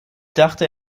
dachte